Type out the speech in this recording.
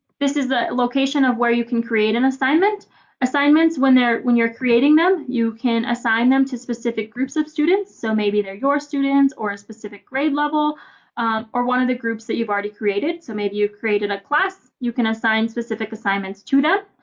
this is the location of where you can create an assignment assignments. when you're creating them you can assign them to specific groups of students so maybe they're your students or a specific grade level or one of the groups that you've already created. so maybe you created a class you can assign specific assignments to them.